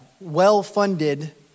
well-funded